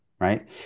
right